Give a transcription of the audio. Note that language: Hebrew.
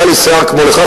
היה לי שיער כמו לך,